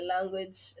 language